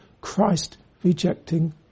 Christ-rejecting